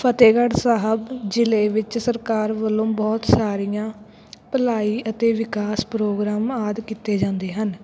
ਫਤਿਹਗੜ੍ਹ ਸਾਹਿਬ ਜ਼ਿਲ੍ਹੇ ਵਿੱਚ ਸਰਕਾਰ ਵੱਲੋਂ ਬਹੁਤ ਸਾਰੀਆਂ ਭਲਾਈ ਅਤੇ ਵਿਕਾਸ ਪ੍ਰੋਗਰਾਮ ਆਦਿ ਕੀਤੇ ਜਾਂਦੇ ਹਨ